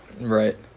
right